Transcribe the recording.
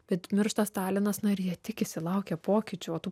bet miršta stalinas na ir jie tikisi laukia pokyčių o tų